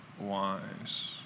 wise